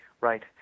Right